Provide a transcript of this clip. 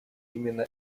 именно